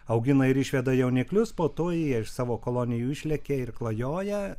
augina ir išveda jauniklius po to jie iš savo kolonijų išlekia ir klajoja